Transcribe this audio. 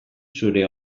zure